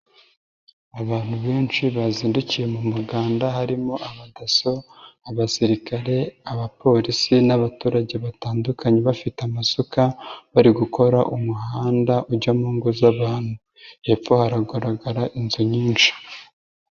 Abantu benshi bazindukiye mu muganda harimo: abadaso, abasirikare, abapolisi n'abaturage batandukanye bafite amasuka bari gukora umuhanda ujya mu ngo z'abantu. Hepfo hagaragara inzu nyinshi.